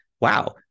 wow